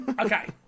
okay